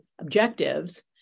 objectives